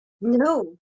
No